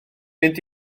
mynd